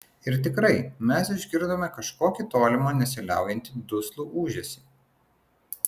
ir tikrai mes išgirdome kažkokį tolimą nesiliaujantį duslų ūžesį